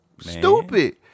Stupid